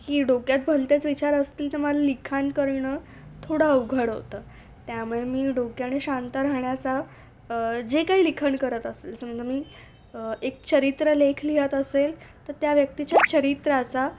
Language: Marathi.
की डोक्यात भलतेच विचार असतील तर मला लिखाण करणं थोडं उवघड होतं त्यामुळे मी डोक्याने शांत राहण्याचा जे काही लिखाण करत असेल समजा मी एक चरित्र लेख लिहित असेल तर त्या व्यक्तीच्या चरित्राचा